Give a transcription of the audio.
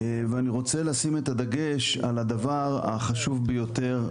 אני רוצה לשים את הדגש על הדבר שבעיניי הוא החשוב ביותר.